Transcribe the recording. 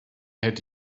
had